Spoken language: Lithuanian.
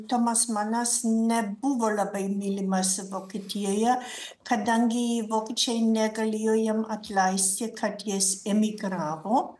tomas manas nebuvo labai mylimas vokietijoje kadangi vokiečiai negalėjo jam atleisti kad jis emigravo